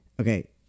Okay